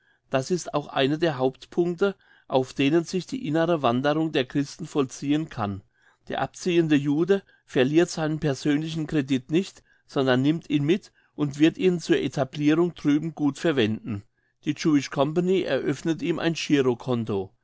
das ist auch einer der hauptpunkte auf denen sich die innere wanderung der christen vollziehen kann der abziehende jude verliert seinen persönlichen credit nicht sondern nimmt ihn mit und wird ihn zur etablirung drüben gut verwenden die jewish company eröffnet ihm ein